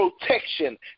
protection